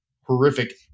horrific